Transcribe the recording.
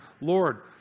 Lord